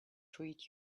treat